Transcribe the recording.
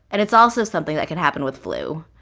and it's also something that can happen with flu.